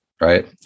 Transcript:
right